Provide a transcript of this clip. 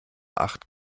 acht